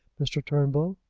mr. turnbull?